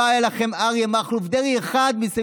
לא היה לכם אריה מכלוף דרעי אחד מסביב